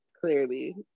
Clearly